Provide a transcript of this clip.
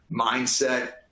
mindset